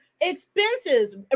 expenses